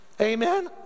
Amen